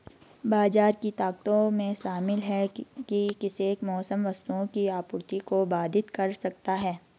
बाजार की ताकतों में शामिल हैं कि कैसे मौसम वस्तुओं की आपूर्ति को बाधित कर सकता है